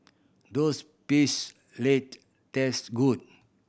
does peace led taste good